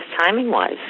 timing-wise